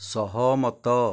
ସହମତ